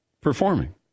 performing